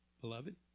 beloved